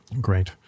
Great